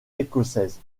écossaise